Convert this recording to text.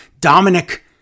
Dominic